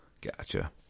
Gotcha